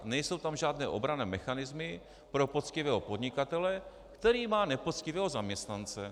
Nejsou tam žádné obranné mechanismy pro poctivého podnikatele, který má nepoctivého zaměstnance.